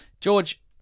George